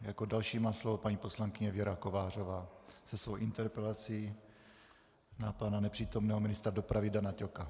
Jako další má slovo paní poslankyně Věra Kovářová se svou interpelací na pana nepřítomného ministra dopravy Dana Ťoka.